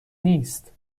نیست